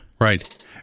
right